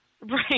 Right